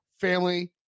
family